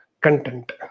Content